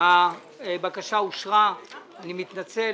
הצבעה בעד, 3 נגד, אין נמנעים,